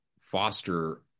foster